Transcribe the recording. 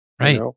right